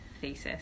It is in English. thesis